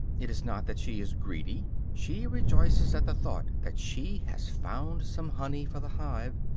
it is not that she is greedy she rejoices at the thought that she has found some honey for the hive.